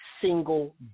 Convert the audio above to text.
single